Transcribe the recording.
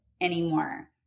anymore